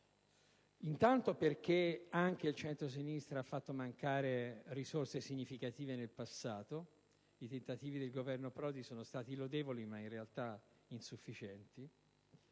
tutto perché anche il centrosinistra ha fatto mancare risorse significative nel passato (i tentativi del Governo Prodi sono stati lodevoli, ma in realtà insufficienti),